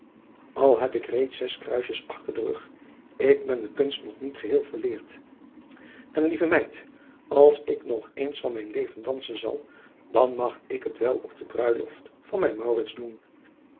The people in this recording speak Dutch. l heb ik reeds zes kruisjes achter den rug ik ben de kunst nog niet geheel verleerd en lieve meid als ik nog eens van mijn leven dansen zal dan mag ik het wel op de bruiloft van mijn doen